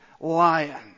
lion